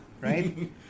right